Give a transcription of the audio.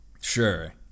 Sure